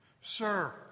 Sir